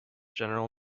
general